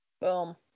Boom